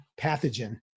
pathogen